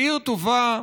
עיר טובה,